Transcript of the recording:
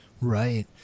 Right